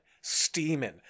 steaming